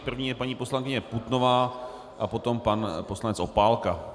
První je paní poslankyně Putnová a potom pan poslanec Opálka.